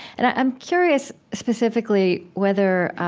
and i'm curious, specifically, whether